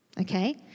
Okay